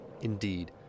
Indeed